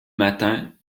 matins